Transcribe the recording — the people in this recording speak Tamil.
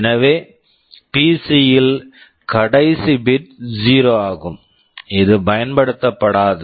எனவே பிசி PC யில் கடைசி பிட் bit 0 ஆகும் இது பயன்படுத்தப்படாது